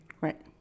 Right